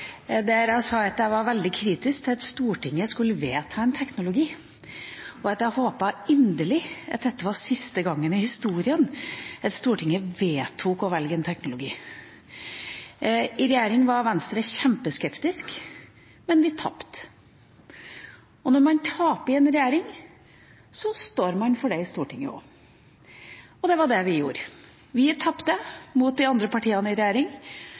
der jeg sa at jeg var veldig kritisk til at Stortinget skulle vedta en teknologi, og at jeg inderlig håpet at dette var siste gang i historien Stortinget vedtok å velge en teknologi. I regjering var Venstre kjempeskeptiske, men vi tapte. Når man taper i en regjering, står man for det i Stortinget også, og det var det vi gjorde. Vi tapte mot de andre partiene i regjering